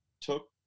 took